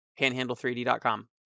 panhandle3d.com